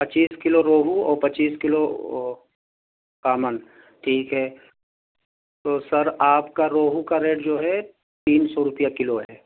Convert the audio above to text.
پچیس کلو روہو اور پچیس کلو کامن ٹھیک ہے تو سر آپ کا روہو کا ریٹ جو ہے تین سو روپیہ کلو ہے